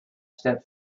step